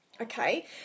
Okay